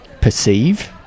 perceive